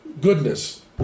goodness